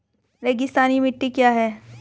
रेगिस्तानी मिट्टी क्या है?